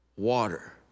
Water